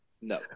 No